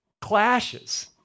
clashes